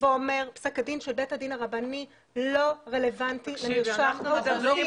ואומר שפסק הדין של בית הדין הרבני לא רלוונטי למרשם האוכלוסין.